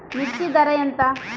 మిర్చి ధర ఎంత?